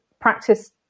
practice